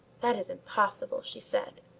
that is impossible, she said.